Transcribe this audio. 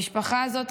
המשפחה הזאת,